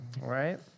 Right